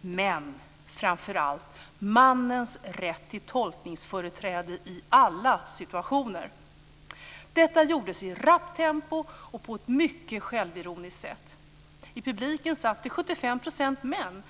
men framför allt mannens rätt till tolkningsföreträde i alla situationer. Detta gjordes i rappt tempo och på ett mycket självironiskt sätt. I publiken satt 75 % män.